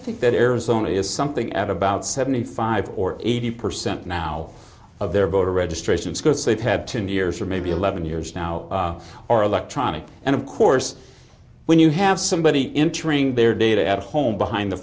think that arizona is something at about seventy five or eighty percent now of their voter registrations because they've had ten years or maybe eleven years now or electronic and of course when you have somebody entering their data at home behind the